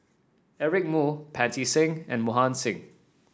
Eric Moo Pancy Seng and Mohan Singh